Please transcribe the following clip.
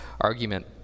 argument